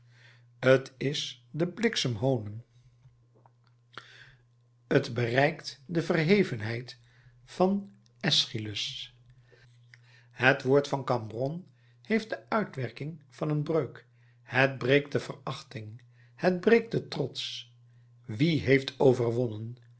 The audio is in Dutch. t is den bliksem hoonen t bereikt de verhevenheid van eschylus het woord van cambronne heeft de uitwerking van een breuk het breekt de verachting het breekt den trots wie heeft overwonnen